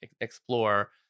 explore